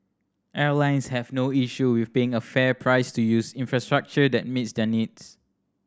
airlines have no issue with paying a fair price to use infrastructure that meets their needs